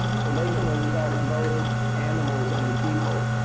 so they can infect both animals and people.